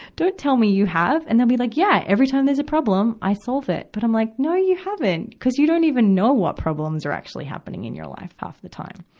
don't tell me you have. and they'll be like, yeah. every time there's a problem, i solve it. but i'm like, no, you haven't. cuz you don't even know what problems are actually happening in your life half the time.